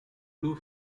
blue